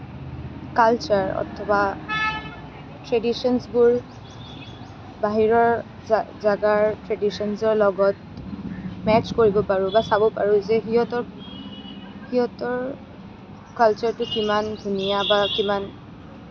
culture অথবা ট্ৰেডিশ্যনছবোৰ বাহিৰৰ জা জেগাৰ ট্ৰেডিশ্যনছৰ লগত মেটচ্ছ কৰিব পাৰোঁ বা চাব পাৰোঁ যে সিহঁতৰ সিহঁতৰ কালচাৰটো কিমান ধুনীয়া বা কিমান